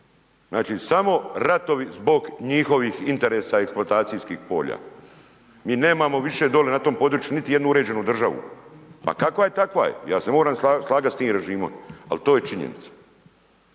Znači, samo ratovi zbog njihovih interesa eksploatacijskih polja, mi nemamo više dolje na tom području niti jednu uređenu državu, pa kakva je takva je, ja se moram slagat s tim režimom, al to je činjenica.